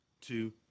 two